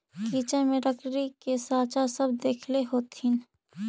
kitchen में लकड़ी के साँचा सब देखले होथिन